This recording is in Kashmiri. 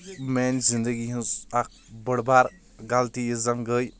میانہِ زندگی ہٕنٛز اَکھ بٕڈ بار غَلطی یس زَن گٔے